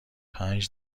پنج